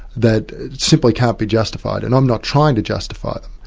that simply can't be justified, and i'm not trying to justify them,